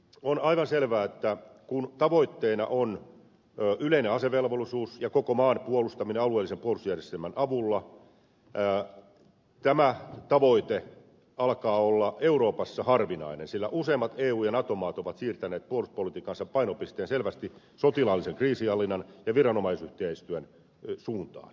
on aivan selvää että kun tavoitteena on yleinen asevelvollisuus ja koko maan puolustaminen alueellisen puolustusjärjestelmän avulla tämä tavoite alkaa olla euroopassa harvinainen sillä useimmat eu ja nato maat ovat siirtäneet puolustuspolitiikkansa painopisteen selvästi sotilaallisen kriisinhallinnan ja viranomaisyhteistyön suuntaan